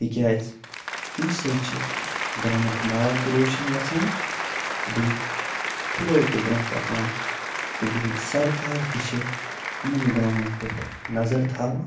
تِکیٛازِ تَمہِ سۭتۍ چھِ گامُک ناو تہِ روشَن گژھان تہٕ بیٚیہِ کھلٲڑۍ تہِ برٛونٛہہ پَکان تہٕ بیٚیہِ سرکار تہِ چھِ یِمَن گامَن پٮ۪ٹھ نظر تھاوان